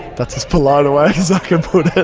that's as polite a way as i can put it,